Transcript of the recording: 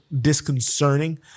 disconcerting